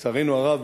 לצערנו הרב,